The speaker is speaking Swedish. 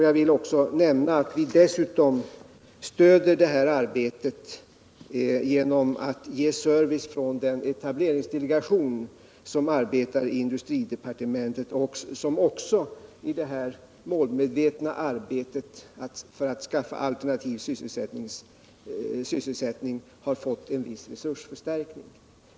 Jag vill nämna att vi dessutom stöder detta arbete genom att ge service från den etableringsdelegation som arbetar i industridepartementet och som också i detta målmedvetna arbete för att skaffa alternativ sysselsättning har fått en viss resursförstärkning.